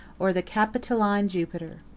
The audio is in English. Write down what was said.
or the capitoline jupiter.